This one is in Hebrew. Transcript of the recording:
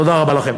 תודה רבה לכם.